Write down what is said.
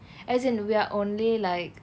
as in we're only like